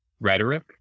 rhetoric